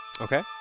Okay